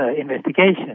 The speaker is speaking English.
investigation